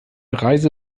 reise